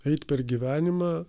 eit per gyvenimą